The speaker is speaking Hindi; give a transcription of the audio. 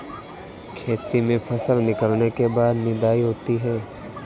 खेती में फसल निकलने के बाद निदाई होती हैं?